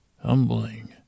Humbling